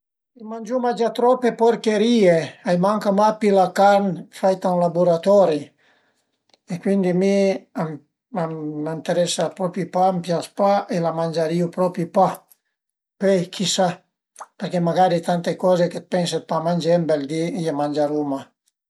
Mangiuma giò trope porcherìe, a i manca moch pi la carn faita ën laburatori e cuindi me a m'ënteresa propi pa, a m'pias pa e la mangerìu propi pa, pöi chissà përché magari tante coze che pense pa mangè, ën bel di le mangeruma